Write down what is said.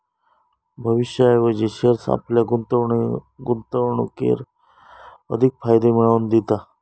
भविष्याऐवजी शेअर्स आपल्या गुंतवणुकीर अधिक फायदे मिळवन दिता